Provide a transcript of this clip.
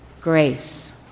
grace